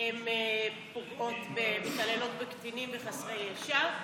הן מתעללות בקטינים ובחסרי ישע,